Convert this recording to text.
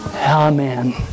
Amen